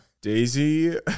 Daisy